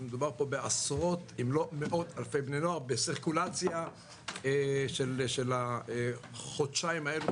מדובר פה בעשרות אם לא מאות אלפי בני נוער בסירקולציה של החודשיים האלו,